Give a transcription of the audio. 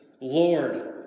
Lord